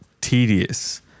tedious